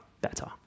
better